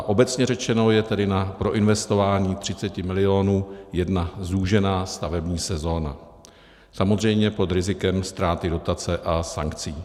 Obecně řečeno je tedy na proinvestování 30 mil. jedna zúžená stavební sezóna, samozřejmě pod rizikem ztráty dotace a sankcí.